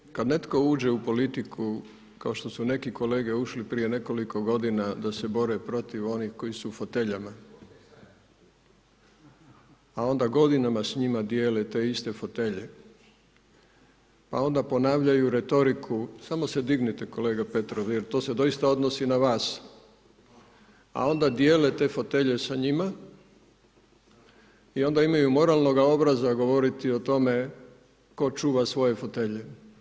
Dakle, kada netko uđe u politiku kao što su neki kolege ušli prije nekoliko godina da se bore protiv onih koji su u foteljama, a onda godinama s njima dijele te iste fotelje pa onda ponavljaju retoriku, samo se dignite kolega Petrov, jer to se doista odnosi na vas, a onda dijele te fotelje sa njima i onda imaju moralnoga obraza govoriti o tome tko čuva svoje fotelje.